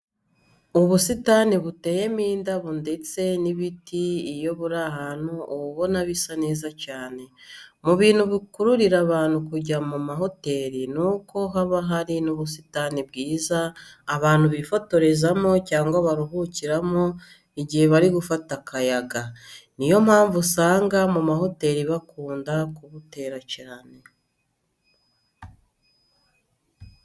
Ubusitani buteyemo indabo ndetse n'ibiti iyo buri ahantu uba ubona bisa neza cyane. Mu bintu bikururira abantu kujya ku mahoteri ni uko haba hari n'ubusitani bwiza abantu bifotorezamo cyangwa baruhukiramo igihe bari gufata akayaga. Niyo mpamvu usanga ku mahoteri bakunda kubuhatera cyane.